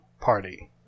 party